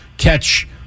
Catch